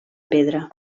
pedra